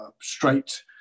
straight